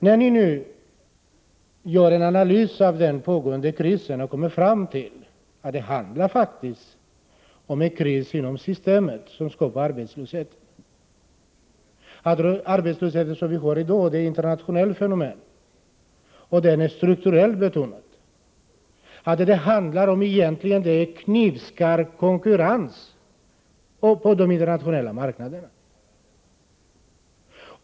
När ni nu gör en analys av den pågående krisen kommer ni fram till att det faktiskt handlar om en kris inom systemet, som skapar arbetslöshet. Den arbetslöshet som vi i dag har är ett internationellt fenomen, och den är strukturellt betingad. Det är egentligen fråga om en knivskarp konkurrens på de internationella marknaderna.